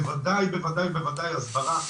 בוודאי שצריך הסברה,